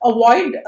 Avoid